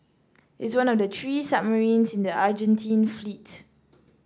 it's one of the three submarines in the Argentine fleet